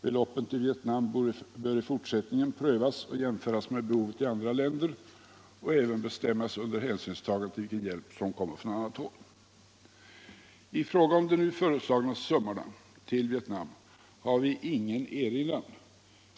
Beloppen till Vietnam bör i fortsättningen prövas och jämföras med behoven i andra länder, och även bestämmas under hänsynstagande till vilken hjälp som kommer från annat håll. I fråga om de nu föreslagna summorna till Vietnam har vi ingen erinran.